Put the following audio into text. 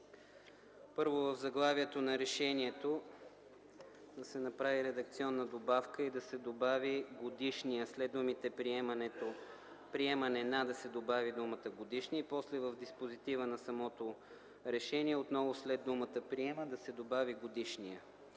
Първо, в заглавието на решението да се направи редакционна добавка и след думите „приемане на” да се добави думата „годишния” и после в диспозитива на самото решение отново след думата „приема” да се добави думата